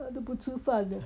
他都不吃饭的